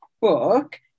book